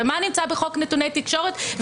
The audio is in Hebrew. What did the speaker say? ומה נמצא בחוק נתוני תקשורת,